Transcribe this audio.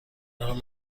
حال